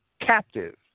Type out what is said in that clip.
captive